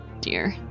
dear